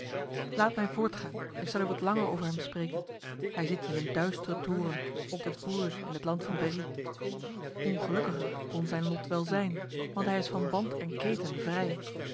laat mij voortgaan ik zal u wat langer over hem spreken hij zit in een duistere toren te bourges in het land van berry ongelukkiger kon zijn lot wel zijn want hij is van band en keten vrij